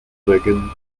megan